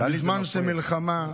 זה מפריע.